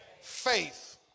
faith